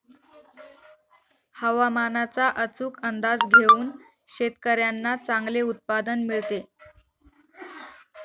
हवामानाचा अचूक अंदाज घेऊन शेतकाऱ्यांना चांगले उत्पादन मिळते